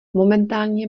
momentálně